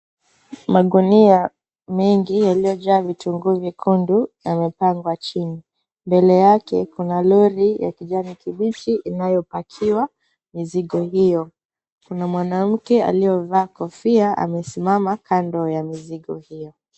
Magunia mengi yaliyojaa vitunguu vyekundu yamepangwa chini mbele yake kuna lori ya kijani kibichi inayopakiwa mizigo hiyo kuna mwanamke aliyevaa kofia amesimama kando ya mizigo hiyo.